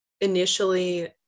initially